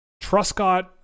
Truscott